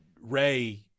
Ray